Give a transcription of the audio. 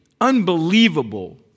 unbelievable